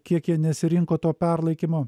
kiek jie nesirinko to perlaikymo